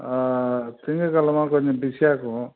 ஆ திங்கக்கெழமை கொஞ்சம் பிஸியாக இருக்கும்